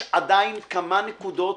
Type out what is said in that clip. כמה נקודות